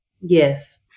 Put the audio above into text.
Yes